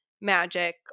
magic